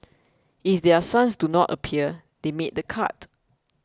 if their sons do not appear they made the cut